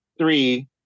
three